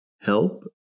help